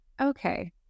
okay